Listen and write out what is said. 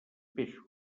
peixos